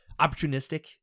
opportunistic